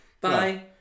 Bye